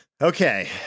Okay